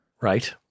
Right